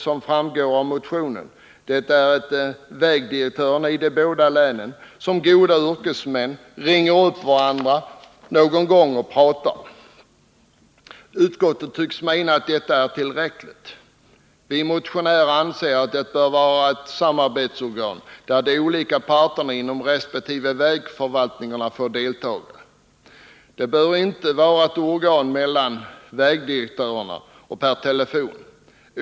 Som framgår av motionen består detta samarbete i att vägdirektörerna i de båda länen som goda yrkesmän ringer upp varandra och pratar någon gång. Utskottet tycks mena att detta är tillräckligt. Vi motionärer anser att det bör finnas ett samarbetsorgan där de olika parterna inom resp. vägförvaltningar får deltaga. Det bör inte vara ett organ bara för vägdirektörerna och per telefon.